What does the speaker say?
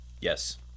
Yes